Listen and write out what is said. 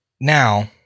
now